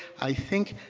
i think